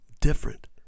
different